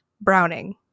Browning